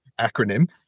acronym